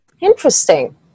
Interesting